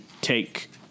take